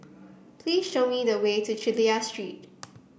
please show me the way to Chulia Street